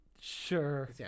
Sure